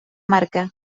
marca